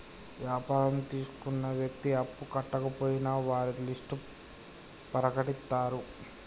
వ్యాపారం తీసుకున్న వ్యక్తి అప్పు కట్టకపోయినా వారి లిస్ట్ ప్రకటిత్తరు